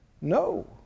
No